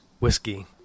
whiskey